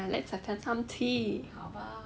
ya let's us get some tea